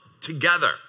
together